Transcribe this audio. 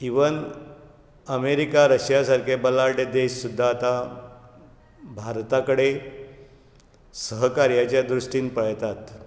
even America Russia सारकें बल्लाड देश सुद्दां आतां भारता कडेन सहकार्याच्या दृश्टीन पळयतात